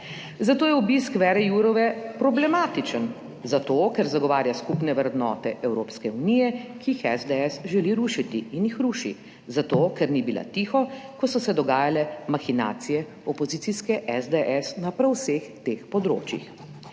Zato je obisk Vere Jourove problematičen zato, ker zagovarja skupne vrednote Evropske unije, ki jih SDS želi rušiti, in jih ruši zato, ker ni bila tiho, ko so se dogajale mahinacije opozicijske SDS na prav vseh teh področjih.